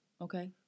Okay